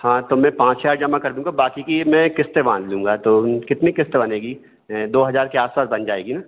हाँ तो मैं पाँच हजार जमा कर दूँगा बाकी की मैं किस्तें मान लूँगा तो कितनी किस्त बनेगी दो हजार के आस पास बन जाएगी ना